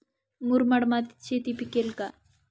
मुरमाड मातीत शेती पिकेल का?